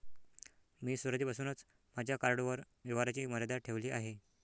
मी सुरुवातीपासूनच माझ्या कार्डवर व्यवहाराची मर्यादा ठेवली आहे